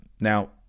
Now